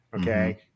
okay